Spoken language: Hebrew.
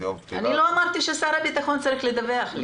לא אמרתי ששר הביטחון צריך לדווח לי.